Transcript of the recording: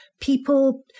people